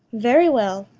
very well.